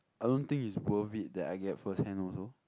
I don't think is worth it that I get first-hand also